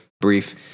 Brief